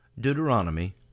Deuteronomy